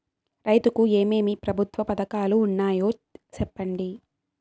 రైతుకు ఏమేమి ప్రభుత్వ పథకాలు ఉన్నాయో సెప్పండి?